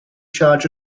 charge